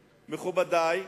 מכובדי?